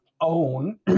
own